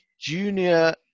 Junior